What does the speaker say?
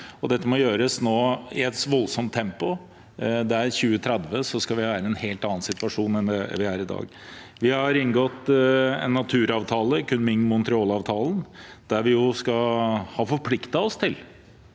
dette må nå gjøres i et voldsomt tempo. I 2030 skal vi være i en helt annen situasjon enn vi er i i dag. Vi har inngått en naturavtale, Kunming–Montreal-avtalen, der vi har forpliktet oss til